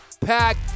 pack